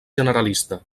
generalista